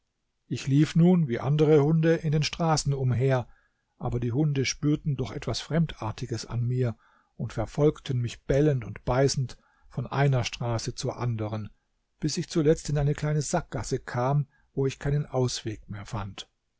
ich lief nun wie andere hunde in den straßen umher aber die hunde spürten doch etwas fremdartiges an mir und verfolgten mich bellend und beißend von einer straße zur anderen bis ich zuletzt in eine kleine sackgasse kam wo ich keinen ausweg mehr fand